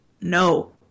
No